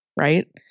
right